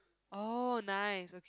oh nice okay